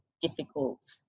difficult